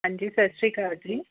ਹਾਂਜੀ ਸਤਿ ਸ਼੍ਰੀ ਅਕਾਲ ਜੀ